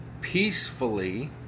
peacefully